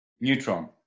neutron